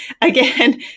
again